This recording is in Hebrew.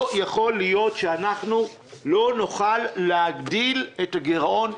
לא יכול להיות שאנחנו לא נוכל להגדיל את הגירעון.